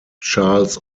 charles